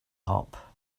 hop